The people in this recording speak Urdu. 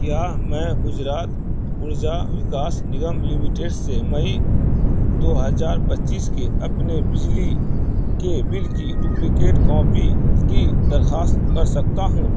کیا میں گجرات ارجا وکاس نگم لمیٹڈ سے مئی دو ہجار پچیس کے اپنے بجلی کے بل کی ڈپلیکیٹ کاپی کی درخواست کر سکتا ہوں